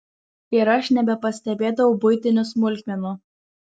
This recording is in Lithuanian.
ir aš nebepastebėdavau buitinių smulkmenų